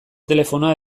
telefonoa